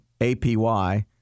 APY